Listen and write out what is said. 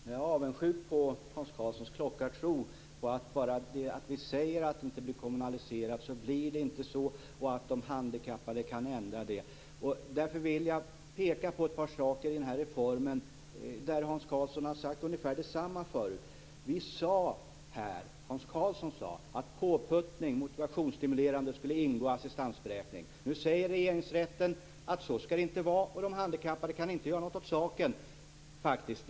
Fru talman! Jag är avundsjuk på Hans Karlssons klockartro på att bara för att man säger att det inte blir kommunaliserat så blir det inte på det sättet och på att de handikappade i så fall kan ändra på det. Därför vill jag peka på ett par saker i reformen som Hans Karlsson har sagt ungefär detsamma om. Hans Karlsson sade att påputtning - dvs. motivationsstimulerande - skulle ingå i assistansberäkning. Nu säger Regeringsrätten att så skall det inte vara och de handikappade kan inte göra någonting åt saken.